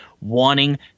wanting